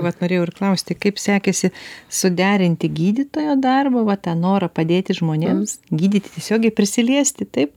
vat norėjau ir klausti kaip sekėsi suderinti gydytojo darbo va tą norą padėti žmonėms gydyti tiesiogiai prisiliesti taip